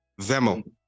Vemo